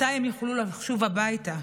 מתי הם יוכלו לשוב הביתה,